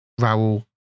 Raul